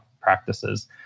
practices